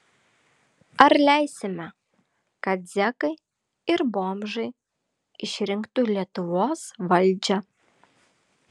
ar leisime kad zekai ir bomžai išrinktų lietuvos valdžią